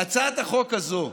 הצעת החוק הזאת,